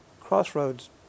Crossroads